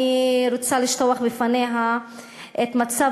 אני רוצה לשטוח בפניה את המצב,